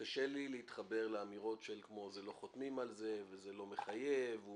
קשה לי להתחבר לאמירות כמו "לא חותמים על זה" ו"זה לא מחייב" הוא